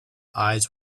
eyes